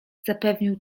zapewnił